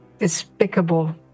despicable